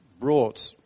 brought